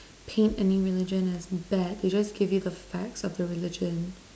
paint any religions that is bad they just give you the facts of the religions